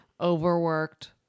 overworked